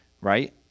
right